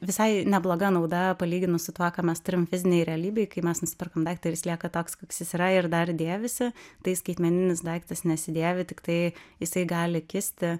visai nebloga nauda palyginus su tuo ką mes turim fizinėj realybėj kai mes nusiperkame daiktą jis lieka toks koks jis yra ir dar dėvisi tai skaitmeninis daiktas nesidėvi tiktai jisai gali kisti